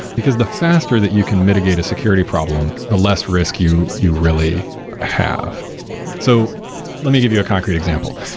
because the faster that you can mitigate a security problem, the less risk you you really have so let me give you a concrete example,